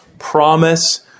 promise